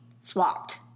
swapped